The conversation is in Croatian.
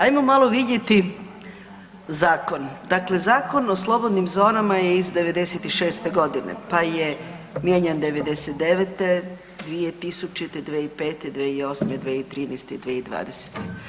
Ajmo malo vidjeti zakon, dakle Zakon o slobodnim zonama je iz '96. godine, pa je mijenjan '99., 2000., 2005., 2008., 2013. i 2020.